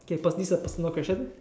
okay this is a personal question